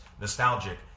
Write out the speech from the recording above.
nostalgic